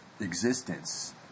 existence